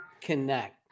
connect